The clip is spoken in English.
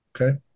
Okay